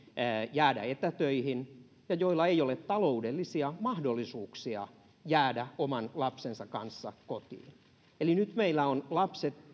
jäädä etätöihin ja joilla ei ole taloudellisia mahdollisuuksia jäädä oman lapsensa kanssa kotiin eli nyt meillä on lapset